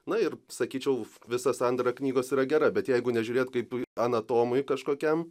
na ir sakyčiau visa sandara knygos yra gera bet jeigu nežiūrėt kaip anatomui kažkokiam